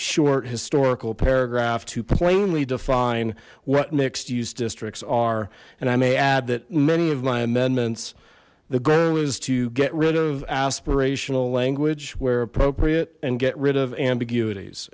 short historical paragraph to plainly define what mixed use districts are and i may add that many of my amendments the goal is to get rid of aspirational language where appropriate and get rid of ambiguities